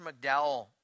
McDowell